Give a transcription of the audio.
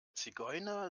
zigeuner